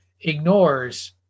ignores